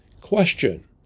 question